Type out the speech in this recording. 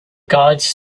guards